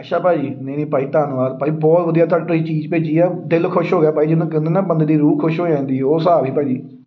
ਅੱਛਾ ਭਾਅ ਜੀ ਨਹੀਂ ਨਹੀਂ ਭਾਅ ਜੀ ਧੰਨਵਾਦ ਭਾਅ ਜੀ ਬਹੁਤ ਵਧੀਆ ਤੁਹਾ ਤੁਸੀਂ ਚੀਜ਼ ਭੇਜੀ ਆ ਦਿਲ ਖੁਸ਼ ਹੋ ਗਿਆ ਭਾਅ ਜੀ ਜਿਹਨੂੰ ਕਹਿੰਦੇ ਨਾ ਬੰਦੇ ਦੀ ਰੂਹ ਖੁਸ਼ ਹੋ ਜਾਂਦੀ ਉਹ ਹਿਸਾਬ ਸੀ ਭਾਅ ਜੀ